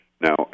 Now